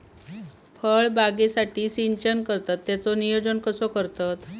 फळबागेसाठी सिंचन करतत त्याचो नियोजन कसो करतत?